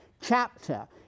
chapter